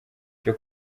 cyo